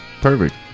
Perfect